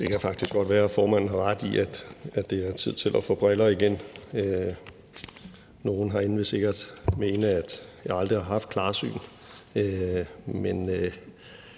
Det kan faktisk godt være, at formanden har ret i, at det er tid til at få briller igen. Nogle herinde vil sikkert mene, at jeg aldrig har haft klarsyn.